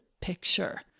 picture